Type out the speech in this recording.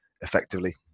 effectively